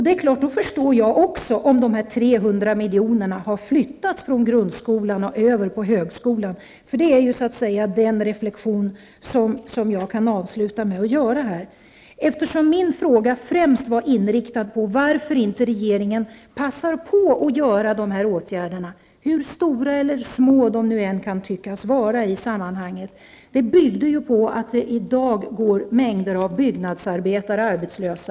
Det förstår också jag, om de 300 milj.kr. har flyttats från grundskolan till högskolan. Det är den reflexion som jag kan avsluta med att göra. Min fråga var främst: Varför passar inte regeringen på att vidta dessa åtgärder -- hur stora eller små de än kan tyckas vara i sammanhanget -- i dag, när mängder av byggnadsarbetare går arbetslösa?